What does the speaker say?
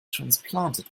transplanted